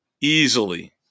easily